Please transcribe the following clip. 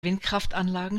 windkraftanlagen